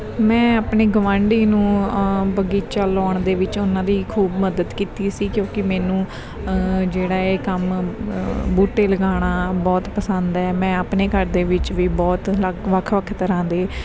ਮੈਂ ਆਪਣੇ ਗਵਾਂਢੀ ਨੂੰ ਬਗੀਚਾ ਲਾਉਣ ਦੇ ਵਿੱਚ ਉਹਨਾਂ ਦੀ ਖੂਬ ਮਦਦ ਕੀਤੀ ਸੀ ਕਿਉਂਕਿ ਮੈਨੂੰ ਜਿਹੜਾ ਇਹ ਕੰਮ ਬੂਟੇ ਲਗਾਉਣਾ ਬਹੁਤ ਪਸੰਦ ਹੈ ਮੈਂ ਆਪਣੇ ਘਰ ਦੇ ਵਿੱਚ ਵੀ ਬਹੁਤ ਅਲੱਗ ਵੱਖ ਵੱਖ ਤਰ੍ਹਾਂ ਦੇ